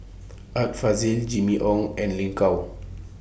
Art Fazil Jimmy Ong and Lin Gao